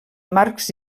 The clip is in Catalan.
marcs